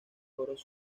foros